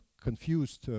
confused